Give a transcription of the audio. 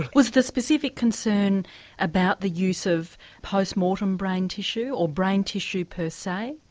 was the specific concern about the use of post-mortem brain tissue, or brain tissue per se?